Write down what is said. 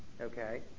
okay